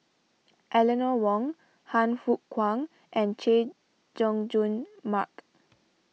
Eleanor Wong Han Fook Kwang and Chay Jung Jun Mark